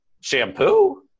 Shampoo